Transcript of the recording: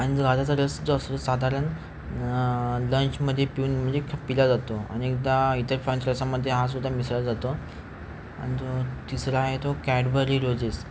आणि जो गाजराचा रस जो असतो साधारण लंचमध्ये पिऊन म्हणजे पिला जातो आणि एकदा इतर फॅनरसामध्ये हा सुद्धा मिसळला जातो आणि जो तिसरा आहे तो कॅडबरी रोजेस